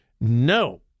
no